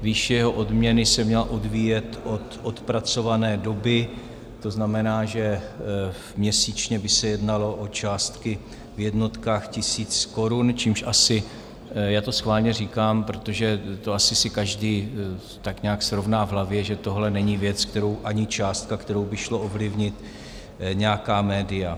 Výše jeho odměny se měla odvíjet od odpracované doby, to znamená, že měsíčně by se jednalo o částky v jednotkách tisíc korun, čímž asi já to schválně říkám, protože to asi si každý tak nějak srovná v hlavě, že tohle není věc ani částka, kterou by šlo ovlivnit nějaká média.